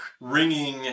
ringing